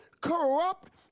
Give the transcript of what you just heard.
corrupt